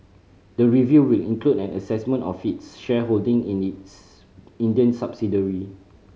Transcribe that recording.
the review will include an assessment of its shareholding in its Indian subsidiary